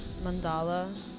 mandala